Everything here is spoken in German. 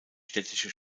städtische